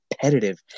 competitive